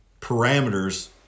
parameters